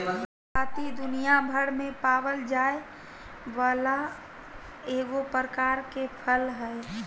नाशपाती दुनियाभर में पावल जाये वाला एगो प्रकार के फल हइ